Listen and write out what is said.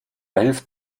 hilft